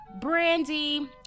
Brandy